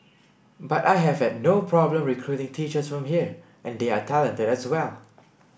but I have had no problem recruiting teachers from here and they are talented as well